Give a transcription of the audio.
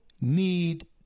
need